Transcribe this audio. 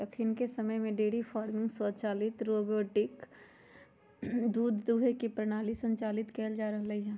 अखनिके समय में डेयरी फार्मिंग स्वचालित रोबोटिक दूध दूहे के प्रणाली संचालित कएल जा रहल हइ